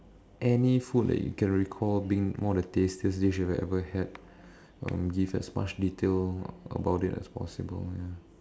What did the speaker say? any food that you can recall being one of the tastiest dish you have ever had um give as much detail about it as possible ya